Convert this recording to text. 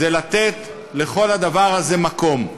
זה לתת לכל הדבר הזה מקום.